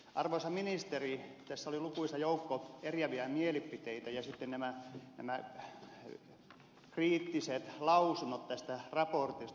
arvoisa ministeri tässä oli lukuisa joukko eriäviä mielipiteitä ja sitten nämä kriittiset lausunnot tästä raportista